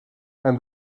and